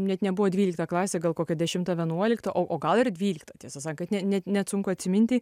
net nebuvo dvylikta klasė gal kokia dešimta vienuolikta o gal ir dvylikta tiesą sakant ne ne net sunku atsiminti